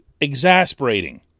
exasperating